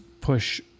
push